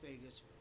Vegas